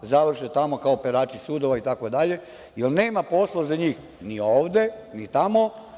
Završe tamo kao perači sudova itd, jer nema posla za njih ni ovde, ni tamo.